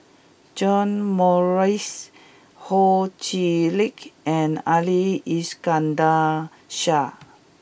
John Morrice Ho Chee Lick and Ali Iskandar Shah